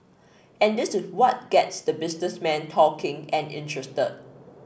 and this is what gets the businessmen talking and interested